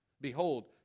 behold